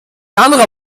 anderer